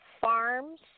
Farms